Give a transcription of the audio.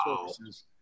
services